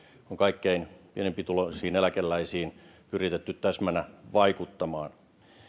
on kaikkein pienituloisimpiin eläkeläisiin yritetty täsmänä vaikuttaa